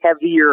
heavier